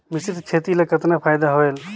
मिश्रीत खेती ल कतना फायदा होयल?